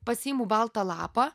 pasiimu baltą lapą